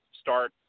start